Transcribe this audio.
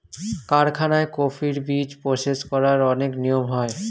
কারখানায় কফির বীজ প্রসেস করার অনেক নিয়ম হয়